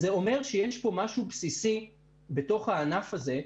זה אומר שיש פה, בתוך הענף הזה,